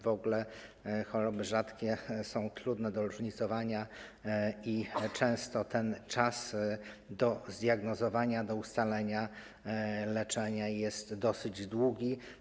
W ogóle choroby rzadkie są trudne do różnicowania i często ten czas do zdiagnozowania, do ustalenia leczenia jest dosyć długi.